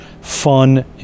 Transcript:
fun